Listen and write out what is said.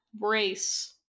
race